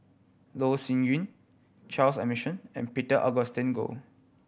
Loh Sin Yun Charles Emmerson and Peter Augustine Goh